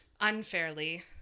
unfairly